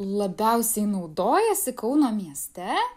labiausiai naudojuosi kauno mieste